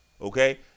Okay